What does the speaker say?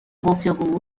گفتگو